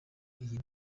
iyi